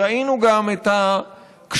וראינו גם את הקשיים,